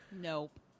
Nope